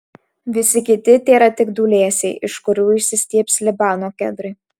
visi kiti tėra tik dūlėsiai iš kurių išsistiebs libano kedrai